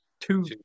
two